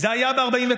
זה היה ב-1949,